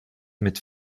mit